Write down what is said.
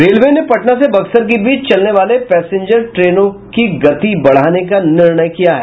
railway ने पटना से बक्सर के बीच चलने वाले पैसेंजर ट्रेनों की गति बढ़ाने का निर्णय किया है